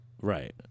Right